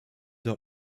der